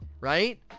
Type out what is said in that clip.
right